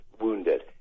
wounded